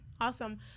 Awesome